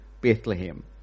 Bethlehem